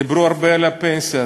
דיברו הרבה על הפנסיה.